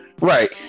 Right